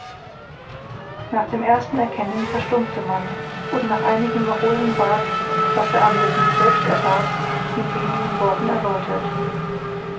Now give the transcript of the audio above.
nach dem ersten erkennen verstummte man und nach einigem erholen ward was der anblick nicht selbst ergab mit wenigen worten erläutert